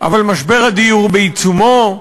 אבל משבר הדיור בעיצומו,